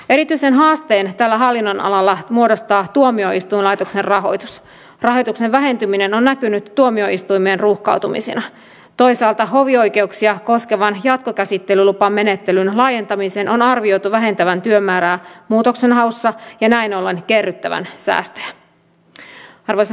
erityisen haasteen tällä hallinnonalalla muodostaa tuomioistuinlaitoksen rahoitus rahoituksen vähentyminen on valiokunta pitää hyvänä itsehallintouudistukseen sisältyvää linjausta jonka mukaan perustetaan yhteiset valtakunnalliset ict palvelut ja ministeriö ohjaa niiden kehittämistä